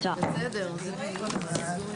הישיבה ננעלה בשעה